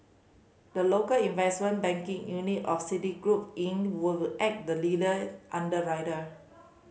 the local investment banking unit of Citigroup Inc will act the lead underwriter